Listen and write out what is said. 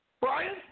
Brian